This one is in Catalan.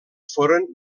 foren